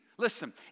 Listen